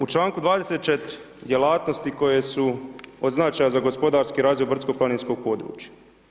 U članku 24. djelatnosti koje su od značaja za gospodarski razvoj brdsko-planinskog područja.